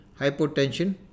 hypotension